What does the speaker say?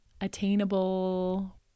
attainable